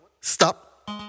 stop